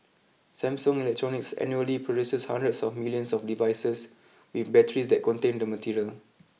Samsung Electronics annually produces hundreds of millions of devices with batteries that contain the material